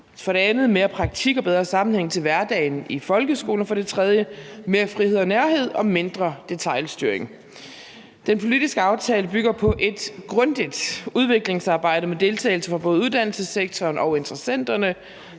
Det andet er mere praktik og bedre sammenhæng med hverdagen i folkeskolen. Det tredje er mere frihed og nærhed og mindre detailstyring. Den politiske aftale bygger på et grundigt udviklingsarbejde med deltagelse af både uddannelsessektoren og interessenterne.